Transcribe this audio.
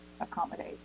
accommodate